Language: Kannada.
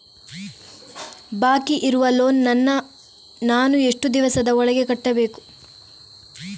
ಬಾಕಿ ಇರುವ ಲೋನ್ ನನ್ನ ನಾನು ಎಷ್ಟು ದಿವಸದ ಒಳಗೆ ಕಟ್ಟಬೇಕು?